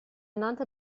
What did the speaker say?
nannte